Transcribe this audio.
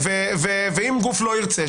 ואם גוף לא ירצה,